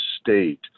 state